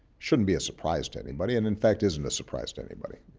shouldn't be a surprise to anybody. and in fact isn't a surprise to anybody.